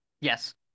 Yes